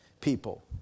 people